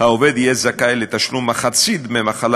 העובד יהיה זכאי לתשלום מחצית דמי מחלה